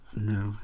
No